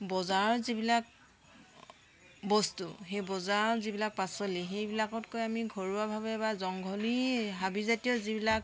বজাৰৰ যিবিলাক বস্তু সেই বজাৰৰ যিবিলাক পাচলি সেইবিলাকতকৈ আমি ঘৰুৱাভাৱে বা জংঘলী হাবিজাতীয় যিবিলাক